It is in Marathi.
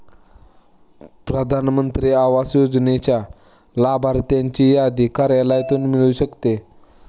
प्रधान मंत्री आवास योजनेच्या लाभार्थ्यांची यादी कार्यालयातून मिळू शकते